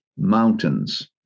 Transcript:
mountains